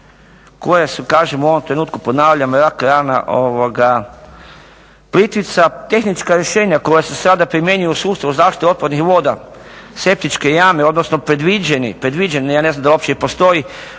koje su kažem u ovom trenutku ponavljam rak-rana Plitvica. Tehnička rješenja koja se sada primjenjuju u sustavu zaštite otpadnih voda, septičke jame, odnosno predviđeni ja ne znam da li uopće i postoje